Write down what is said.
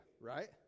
right